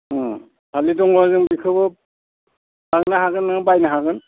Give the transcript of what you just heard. थालिर दङ नों बेखोबो लांनो हागोन नों बायनो हागोन